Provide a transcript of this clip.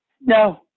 No